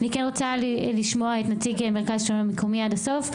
אני רוצה לשמוע את נציגי מרכז השלטון המקומי עד הסוף,